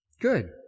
Good